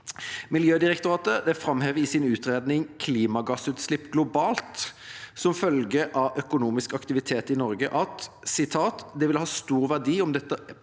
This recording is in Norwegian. Miljødirektoratet framhever i sin rapport «Klimagassutslipp globalt som følge av økonomisk aktivitet i Norge» at